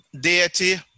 deity